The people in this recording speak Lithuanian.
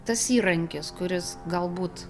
tas įrankis kuris galbūt